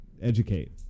educate